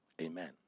Amen